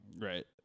Right